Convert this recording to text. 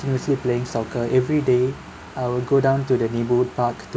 continuously playing soccer everyday I will go down to the neighbourhood park to